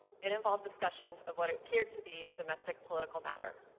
it involved discussion of what appeared to be a domestic political matter.